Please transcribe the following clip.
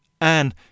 Anne